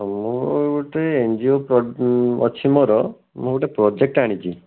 ମୁଁ ଗୋଟେ N G O ଅଛି ମୋର ମୁଁ ଗୋଟେ ପ୍ରୋଜେକ୍ଟ୍ ଆଣିଛି